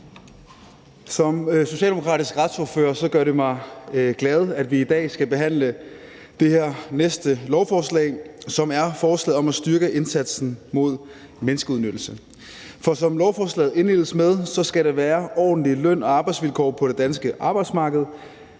Som socialdemokratisk retsordfører gør det mig jo glad, at vi i dag skal behandle det her lovforslag, som er et forslag om at styrke indsatsen mod menneskeudnyttelse. For som lovforslaget indledes med, skal der være ordentlige løn- og arbejdsvilkår på det danske arbejdsmarked.